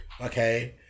Okay